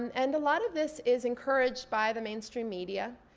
and and a lot of this is encouraged by the mainstream media.